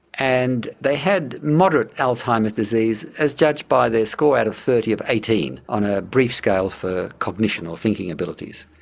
and they had moderate alzheimer's disease as judged by their score out of thirty of eighteen on a brief scale for cognition, or thinking abilities.